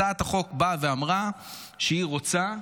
הצעת החוק באה ואמרה שהיא רוצה,